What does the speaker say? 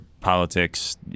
politics